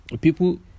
people